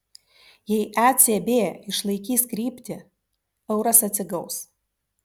jei ecb išlaikys kryptį euras atsigaus